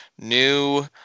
new